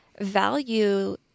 value